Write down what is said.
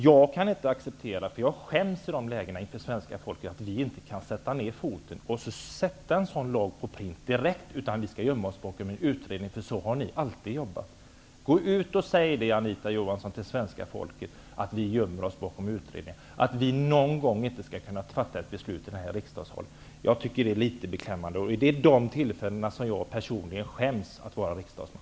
Jag kan inte acceptera det. Jag skäms i de lägena inför svenska folket över att vi inte kan sätta ned foten och direkt sätta en sådan lag på pränt utan måste gömma oss bakom en utredning därför att riksdagen alltid har jobbat så. Gå ut och säg till svenska folket, Anita Johansson, att vi gömmer oss bakom utredningar och att vi inte någon gång skall kunna fatta ett beslut direkt här i riksdagens kammare! Jag tycker att det är beklämmande. Det är vid de tillfällena som jag personligen skäms över att vara riksdagsman.